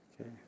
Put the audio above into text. Okay